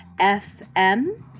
FM